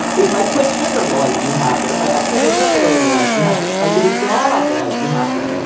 if i quit sugar, will i be happier? if i exercise regularly, will i be happier? if i get a dog, will i be happier?